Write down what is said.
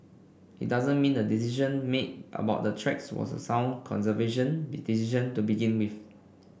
it doesn't mean the decision made about the tracks was a sound conservation decision to begin with